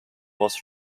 was